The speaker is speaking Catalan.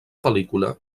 pel·lícula